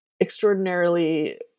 extraordinarily